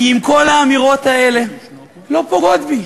כי כל האמירות האלה לא פוגעות בי.